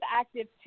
active